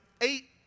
eight